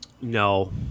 No